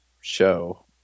show